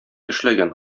эшләгән